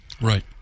Right